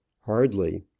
hardly